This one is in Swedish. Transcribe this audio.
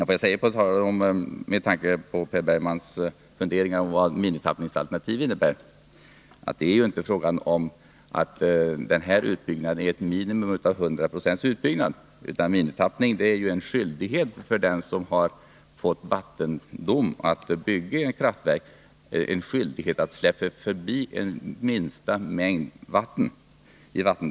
Får jag säga, med tanke på Per Bergmans funderingar om vad ett minimitappningsalternativ innebär, att det inte är fråga om att den här utbyggnaden skulle vara ett minimum av en hundraprocentig utbyggnad, utan att minimitappningen är en skyldighet för den som har fått vattendom att bygga ett kraftverk och att i vattendraget släppa förbi en minsta mängd vatten.